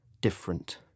different